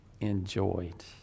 enjoyed